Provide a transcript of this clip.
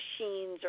machines